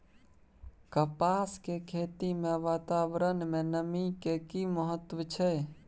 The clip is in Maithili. कपास के खेती मे वातावरण में नमी के की महत्व छै?